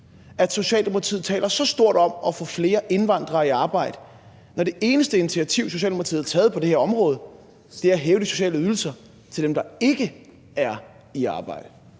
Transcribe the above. at Socialdemokratiet taler så stort om at få flere indvandrere i arbejde, når det eneste initiativ, Socialdemokratiet har taget på det her område, er at hæve de sociale ydelser til dem, der ikke er i arbejde?